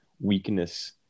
weakness